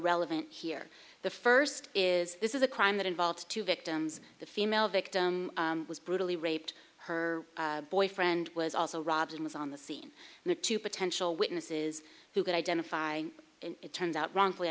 relevant here the first is this is a crime that involves two victims the female victim was brutally raped her boyfriend was also robbed and was on the scene and the two potential witnesses who could identify it turns out wrongfully